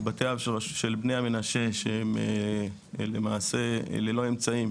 בתי אב של בני המנשה שהם למעשה ללא אמצעים,